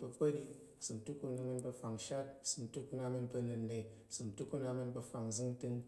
pa̱ akpa̱ɗing, səm tukun ama̱n pa̱ afangshat, ìsəm tukun ama̱n pa̱ anənna̱, ìsəm tukun ama̱n pa̱ afangzəngtəng